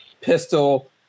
pistol